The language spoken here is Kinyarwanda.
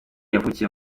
yavukiye